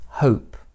Hope